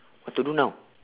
what to do now